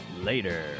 later